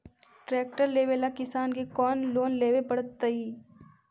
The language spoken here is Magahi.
ट्रेक्टर लेवेला किसान के कौन लोन लेवे पड़तई?